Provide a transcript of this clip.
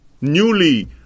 newly